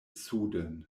suden